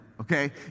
Okay